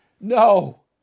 no